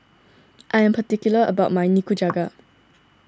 I am particular about my Nikujaga